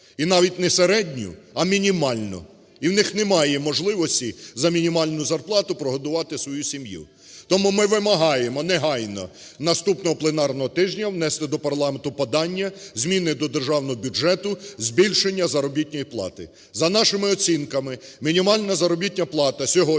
і навіть не середню, а мінімальну, і в них немає можливості за мінімальну зарплату прогодувати свою сім'ю. Тому ми вимагаємо негайно наступного пленарного тижня внести до парламенту подання: зміни до державного бюджету, збільшення заробітної плати. За нашими оцінками мінімальна заробітна плата сьогодні,